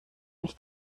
nicht